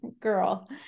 girl